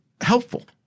helpful